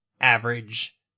average